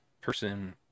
person